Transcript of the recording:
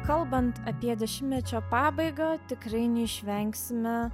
kalbant apie dešimtmečio pabaigą tikrai neišvengsime